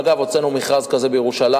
אגב, הוצאנו מכרז כזה בירושלים,